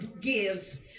gives